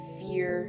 fear